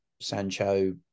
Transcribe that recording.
Sancho